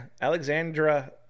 Alexandra